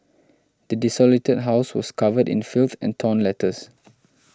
the desolated house was covered in filth and torn letters